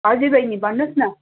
हजुर बहिनी भन्नु होस् न